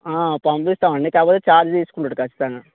పంపిస్తామండి కాకపోతే ఛార్జ్ తీసుకుంటాడు ఖచ్చితంగా